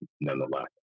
nonetheless